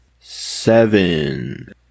Seven